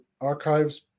archives